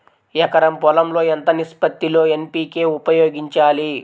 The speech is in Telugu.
ఎకరం పొలం లో ఎంత నిష్పత్తి లో ఎన్.పీ.కే ఉపయోగించాలి?